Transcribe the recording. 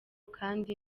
kandi